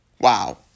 Wow